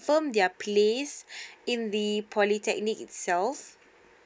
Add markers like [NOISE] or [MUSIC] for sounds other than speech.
confirm their place [BREATH] in the polytechnic itself